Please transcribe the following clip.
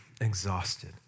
exhausted